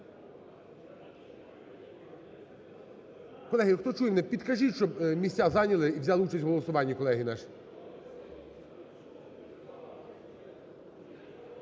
Колеги, хто чує мене, підкажіть, щоб місця зайняли і взяли участь в голосуванні колеги наші.